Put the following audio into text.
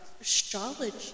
astrology